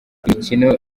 imikino